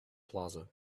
plaza